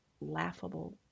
laughable